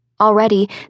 Already